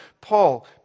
Paul